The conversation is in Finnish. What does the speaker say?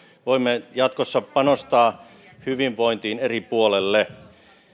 voimme jatkossa panostaa hyvinvointiin eri puolille